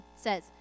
says